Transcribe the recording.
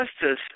Justice